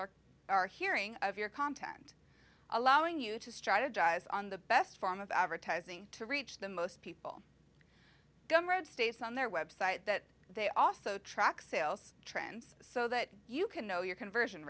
are hearing of your content allowing you to strategize on the best form of advertising to reach the most people red states on their website that they also track sales trends so that you can know your conversion